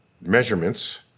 measurements